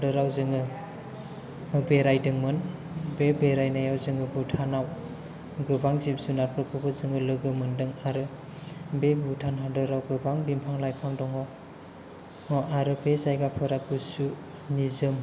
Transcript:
हादोराव जोङो बेरायदोंमोन बे बेरायनायाव जोङो भुटानाव गोबां जिब जुनारफोरखौबो जोङो लोगो मोनदों आरो बे भुटान हादोराव गोबां बिफां लाइफां दङ आरो बे जायगाफोरा गुसु निजोम